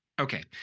okay